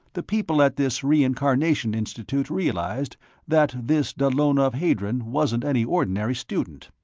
the people at this reincarnation institute realized that this dallona of hadron wasn't any ordinary student.